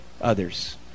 others